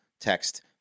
text